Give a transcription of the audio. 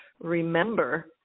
remember